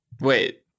Wait